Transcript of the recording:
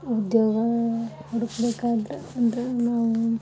ಉದ್ಯೋಗ ಹುಡ್ಕಬೇಕಾದ್ರೆ ಅಂದರೆ ನಾವು